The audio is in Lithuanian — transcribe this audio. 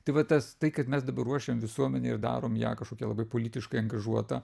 tai va tas tai kad mes dabar ruošiam visuomenę ir darom ją kažkokią labai politiškai angažuotą